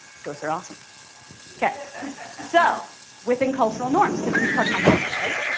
ghosts are awesome okay so within cultural norms because this is part of my culture right